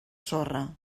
sorra